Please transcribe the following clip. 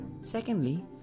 Secondly